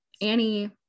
Annie